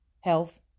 health